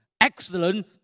excellent